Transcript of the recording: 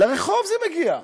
לרחוב זה מגיע,